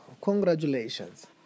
Congratulations